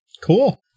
Cool